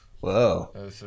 Whoa